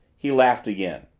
he laughed again.